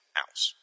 house